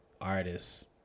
artists